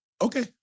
Okay